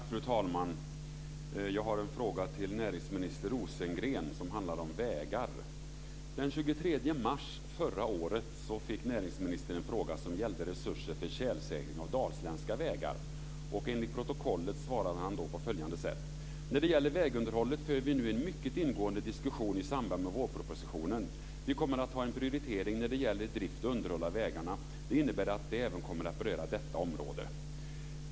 Fru talman! Jag har en fråga till näringsminister Rosengren som handlar om vägar. Den 23 mars förra året fick näringsministern en fråga som gällde resurser för tjälsäkring av dalsländska vägar. Enligt protokollet svarade han då på följande sätt: När det gäller vägunderhållet för vi nu en mycket ingående diskussion i samband med vårpropositionen. Vi kommer att ha en prioritering när det gäller drift och underhåll av vägarna. Det innebär att det även kommer att beröra detta område.